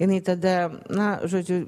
jinai tada na žodžiu